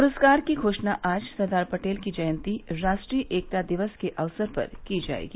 पुरस्कार की घोषणा आज सरदार पटेल की जयंती राष्ट्रीय एकता दिवस के अवसर पर की जाएगी